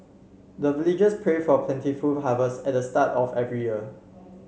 the villagers pray for plentiful harvest at the start of every year